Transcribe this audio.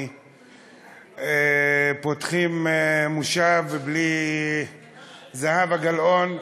פותחים מושב בלי זהבה גלאון,